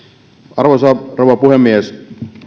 arvoisa rouva puhemies